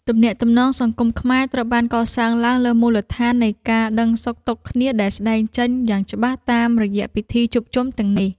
ទំនាក់ទំនងសង្គមខ្មែរត្រូវបានកសាងឡើងលើមូលដ្ឋាននៃការដឹងសុខទុក្ខគ្នាដែលស្តែងចេញយ៉ាងច្បាស់តាមរយៈពិធីជួបជុំទាំងនេះ។